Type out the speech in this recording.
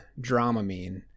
dramamine